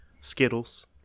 Skittles